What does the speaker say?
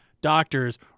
doctors